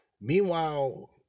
Meanwhile